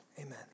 Amen